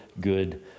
good